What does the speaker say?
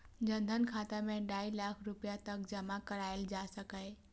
जन धन खाता मे ढाइ लाख रुपैया तक जमा कराएल जा सकैए